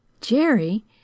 Jerry